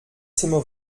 zimmer